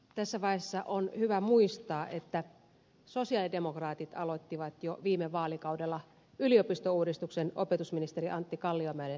tässä vaiheessa on hyvä muistaa että sosialidemokraatit aloittivat jo viime vaalikaudella yliopistouudistuksen opetusministeri antti kalliomäen johdolla